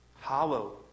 hollow